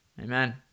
Amen